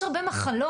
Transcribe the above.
יש הרבה מחלות,